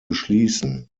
beschließen